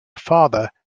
father